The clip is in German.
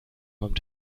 kommt